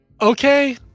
okay